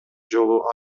жолу